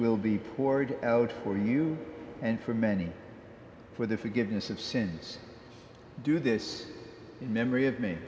will be poured out for you and for many for the forgiveness of sins do this in memory of me